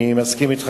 אני מסכים אתך.